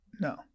No